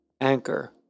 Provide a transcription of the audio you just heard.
Anchor